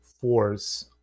force